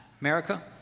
America